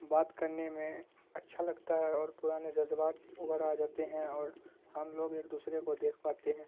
بات کرنے میں اچھا لگتا ہے اور پرانے جذبات ابھر آ جاتے ہیں اور ہم لوگ ایک دوسرے کو دیکھ پاتے ہیں